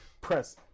press